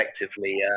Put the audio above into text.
effectively